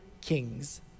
kings